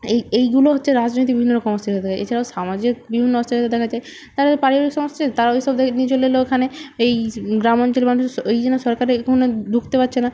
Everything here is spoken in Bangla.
এই এইগুলো হচ্ছে রাজনীতির বিভিন্ন রকম অস্থিরতা থাকে এছাড়াও সামাজিক বিভিন্ন অস্থিরতা দেখা যায় তারা পারিবারিক সমস্যা তারা ওইসব জায়গায় নিয়ে চলে এলো ওখানে এই গ্রামাঞ্চলে মানুষ এই জন্য সরকারের এগুলো ঢুকতে পারছে না